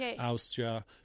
Austria